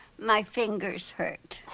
my fingers hurt.